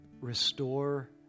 restore